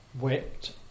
wept